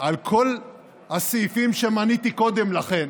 על כל הסעיפים שמניתי קודם לכן,